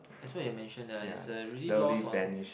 as what you have mentioned that it's a very lost on